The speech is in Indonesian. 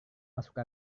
masuk